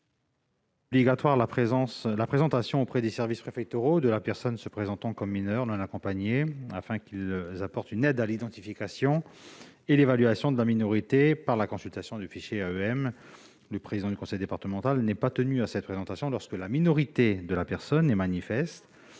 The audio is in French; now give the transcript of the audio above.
rendre obligatoire la présentation auprès des services préfectoraux de la personne se présentant comme mineur non accompagné, afin que ceux-ci apportent une aide à l'identification et à l'évaluation de la minorité par la consultation du fichier AEM. Le président du conseil départemental n'est toutefois pas tenu à cette présentation lorsque la minorité de la personne est manifeste.